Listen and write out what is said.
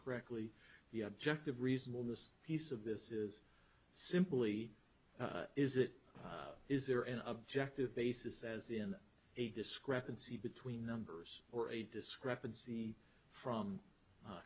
correctly the objective reasonable this piece of this is simply is it is there an objective basis as in a discrepancy between numbers or a discrepancy from